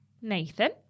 Nathan